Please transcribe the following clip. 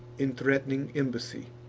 in threat'ning embassy